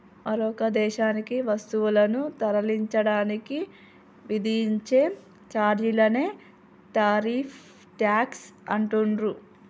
మరొక దేశానికి వస్తువులను తరలించడానికి విధించే ఛార్జీలనే టారిఫ్ ట్యేక్స్ అంటుండ్రు